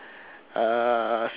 uh